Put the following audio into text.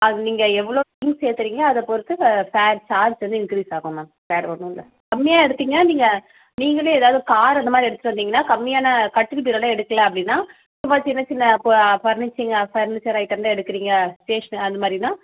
அது நீங்கள் எவ்வளோ திங்க்ஸ் ஏற்றுறிங்க அதை பொறுத்து ஃப ஃபேர் சார்ஜ் வந்து இன்க்ரீஸ் ஆகும் மேம் வேறு ஒன்றும் இல்லை கம்மியாக எடுத்திங்க நீங்கள் நீங்களே எதாவது காரு அந்த மாதிரி எடுத்துட்டு வந்திங்கனா கம்மியான கட்டில் பீரோலாம் எடுக்கல அப்படின்னா ரொம்ப சின்ன சின்ன போ ஃபர்னீச்சிங் ஃபர்னீச்சர் ஐட்டம் தான் எடுக்குறீங்க ஸ்டேஷ்ன அந்த மாதிரினா